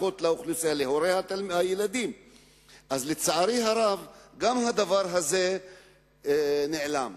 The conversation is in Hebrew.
בשעה 16:00. ישיבה זו נעולה.